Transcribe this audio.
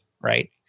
right